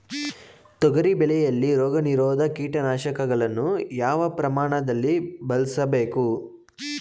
ತೊಗರಿ ಬೆಳೆಯಲ್ಲಿ ರೋಗನಿರೋಧ ಕೀಟನಾಶಕಗಳನ್ನು ಯಾವ ಪ್ರಮಾಣದಲ್ಲಿ ಬಳಸಬೇಕು?